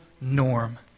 norm